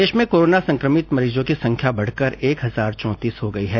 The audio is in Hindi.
प्रदेश में कोरोना संक्रमित मरीजों की संख्या बढकर एक हजार चौंतीस हो गयी है